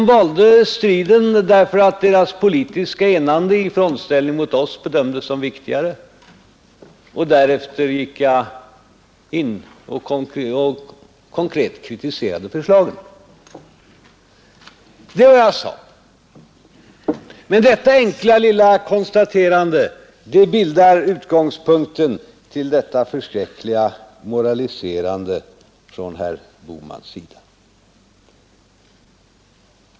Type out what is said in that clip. De valde striden därför att deras politiska enande i frontställning mot oss bedömdes som viktigare. Därefter kritiserade jag konkret förslaget. Detta enkla lilla konstaterande bildar utgångspunkten för detta förskräckliga moraliserande från herr Bohmans sida.